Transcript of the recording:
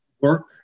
work